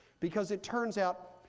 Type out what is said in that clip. because it turns out,